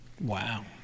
Wow